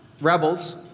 rebels